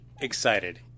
excited